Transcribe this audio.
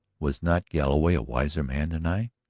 was not galloway a wiser man than i?